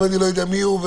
ואני לא יודע מי הוא,